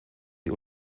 die